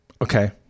Okay